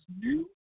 new